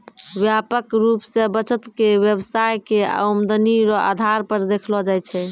व्यापक रूप से बचत के व्यवसाय के आमदनी रो आधार पर देखलो जाय छै